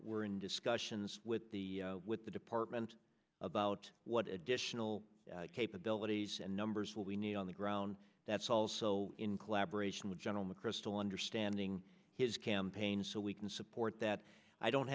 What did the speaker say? we're in discussions with the with the department about what additional capabilities and numbers will we need on the ground that's also in collaboration with general mcchrystal understanding his campaign so we can support that i don't